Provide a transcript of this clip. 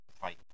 fight